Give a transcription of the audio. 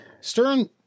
Stern